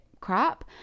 crap